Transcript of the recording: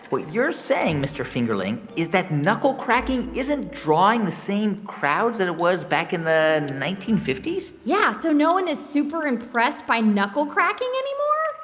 what you're saying, mr. fingerling, is that knuckle cracking isn't drawing the same crowds that it was back in the nineteen fifty s? yeah. so no one is super-impressed by knuckle cracking anymore?